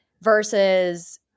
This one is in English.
versus